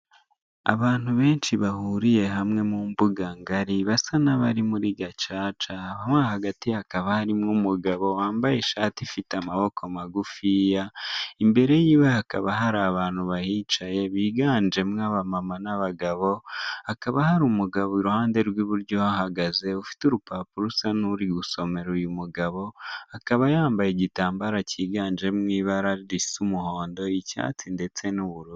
Abantu benshi bahuriye hamwe mu mbuga ngari basa n'abari muri gacaca, mo hagati hakaba harimo umugabo wambaye ishati ifite y'amaboko magufiya imbere yiwe hakaba hari abantu bahicaye, biganjemwo abamama n'abagabo, hakaba hari umugabo iruhande rw'iburyo hagaze ufite urupapuro usa n'uri gusomera uyu mugabo akaba yambaye igitamba cyiganje mu ibara ry'umuhondo n'icyatsi ndetse n'ubururu.